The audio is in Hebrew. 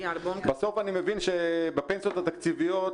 בסוף אני מבין שבפנסיות התקציביות,